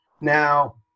now